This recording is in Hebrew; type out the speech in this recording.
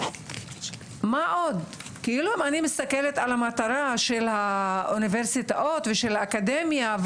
אם אני מסתכלת על המטרה של האוניברסיטאות ושל האקדמיה,